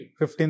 15